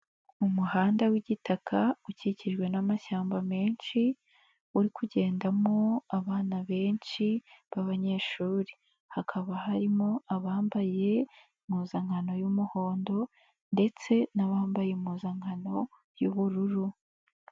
Umuhanda w'igitaka ukikijwe n'amashyamba menshi uri kugendamo abana benshi b'abanyeshuri, hakaba harimo abambaye impuzankano y'umuhondo ndetse n'abambaye impuzankano y'ubururu.